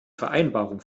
vereinbarung